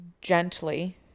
gently